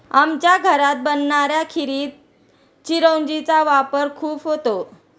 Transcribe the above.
आमच्या घरात बनणाऱ्या खिरीत चिरौंजी चा वापर खूप होतो